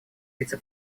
вице